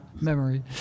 memory